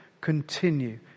continue